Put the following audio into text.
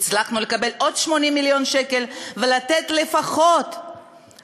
הצלחנו לקבל עוד 80 מיליון שקל ולתת לפחות